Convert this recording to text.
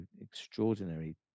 extraordinary